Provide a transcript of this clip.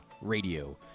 Radio